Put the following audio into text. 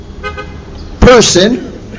person